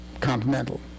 continental